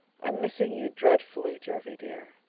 i am missing you dreadfully, jervie dear,